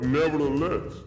nevertheless